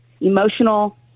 emotional